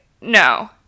no